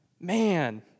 man